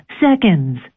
seconds